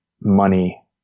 money